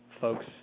folks